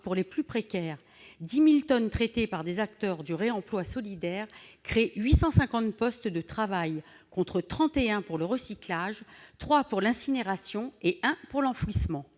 pour les plus précaires : les 10 000 tonnes traitées par des acteurs du réemploi solidaire créent 850 postes de travail contre trente et un pour le recyclage, trois pour l'incinération et un pour l'enfouissement.